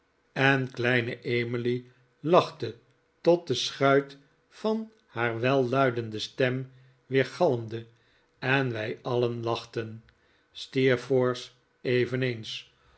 en kleine emily lachte tot de schuit van haar welluidende stem weergalmde en wij alien lachten